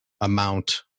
amount